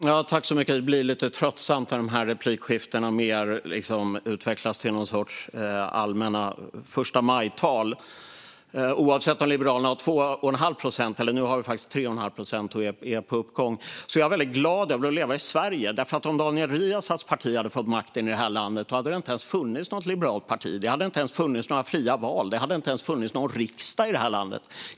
Fru talman! Det blir lite tröttsamt när replikskiftena utvecklas till någon sorts allmänna förstamajtal. Oavsett om Liberalerna har 2,5 procent - nu har vi faktiskt 3,5 procent och är på uppgång - är jag väldigt glad över att leva i Sverige. Om Daniel Riazats parti hade fått makten i det här landet hade det inte ens funnits något liberalt parti. Det hade inte ens funnits några fria val. Det hade inte ens funnits någon riksdag i det här landet.